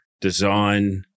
design